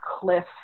cliff